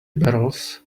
barrels